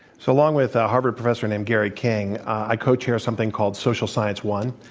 so, along with a harvard professor named gary king, i co-chair something called social science one.